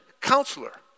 counselor